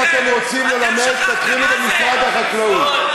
אם אתם רוצים ללמד, תתחילו במשרד החקלאות.